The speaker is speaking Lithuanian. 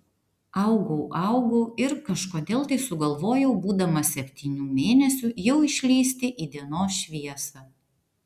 augau augau ir kažkodėl tai sugalvojau būdamas septynių mėnesių jau išlįsti į dienos šviesą